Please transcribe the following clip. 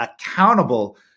accountable